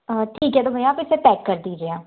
ठीक है तो भैया आप इसे पैक कर दीजिए